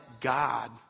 God